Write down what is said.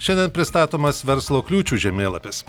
šiandien pristatomas verslo kliūčių žemėlapis